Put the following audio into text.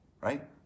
right